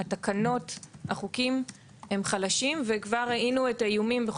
הכנתי תורת אכיפה של המשרד ואני אומר לך